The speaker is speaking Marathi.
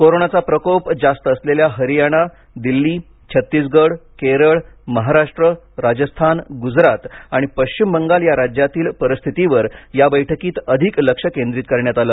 कोरोनाचा प्रकोप जास्त असलेल्या हरियाणा दिल्ली छत्तीसगड केरळ महाराष्ट्र राजस्थान गुजरात आणि पश्चिम बंगाल या राज्यातील परिस्थितीवर या बैठकीत अधिक लक्ष केंद्रित करण्यात आलं